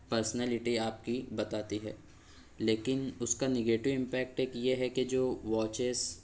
personality آپ کی بتاتی ہے لیکن اس کا نگیٹیو امپیکٹ ایک یہ ہے کہ جو واچیز